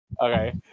Okay